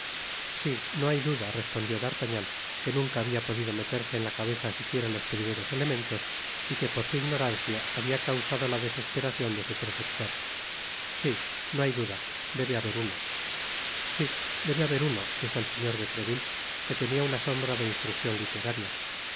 si no hay duda respondió d'artagnan que nunca habia podido meterse en la cabeza siquiera los primeros elementos y que por su ignorancia habia causado la desesperacion de su preceptor si no hay duda debe haber uno si debe haber uno dijo el señor de treville que tenia una sombra de instruccion literaria